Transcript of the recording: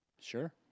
Sure